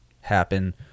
happen